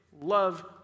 love